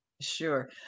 sure